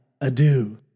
adieu